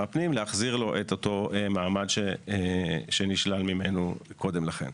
הפנים להחזיר לו את אותו מעמד שנשלל ממנו קודם לכן.